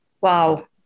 wow